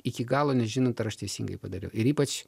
iki galo nežinant ar aš teisingai padariau ir ypač